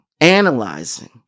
analyzing